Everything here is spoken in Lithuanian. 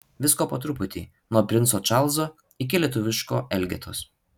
visko po truputį nuo princo čarlzo iki lietuviško elgetos